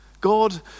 God